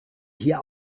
hier